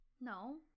No